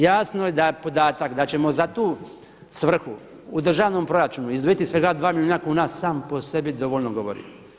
Jasno je da podatak da ćemo za tu svrhu u državnom proračunu izdvojiti svega 2 milijuna kuna sam po sebi dovoljno govori.